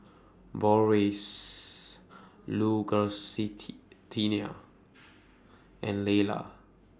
Boris and Leyla